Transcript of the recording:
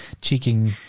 cheeking